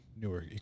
newer